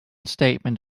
statement